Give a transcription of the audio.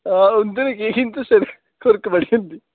हां उं'दे केह् खुरक बड़ी होंदी